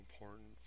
important